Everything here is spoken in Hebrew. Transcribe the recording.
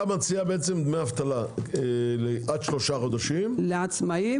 מציע דמי אבטלה עד שלושה חודשים לעצמאיים,